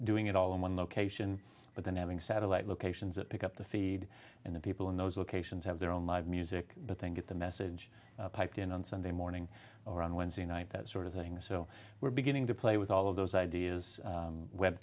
doing it all in one location but then having satellite locations that pick up the feed and the people in those locations have their own live music but then get the message piped in on sunday morning or on wednesday night that sort of thing so we're beginning to play with all of those ideas